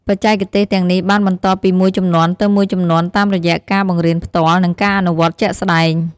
បច្ចេកទេសទាំងនេះបានបន្តពីមួយជំនាន់ទៅមួយជំនាន់តាមរយៈការបង្រៀនផ្ទាល់ និងការអនុវត្តជាក់ស្តែង។